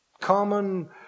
common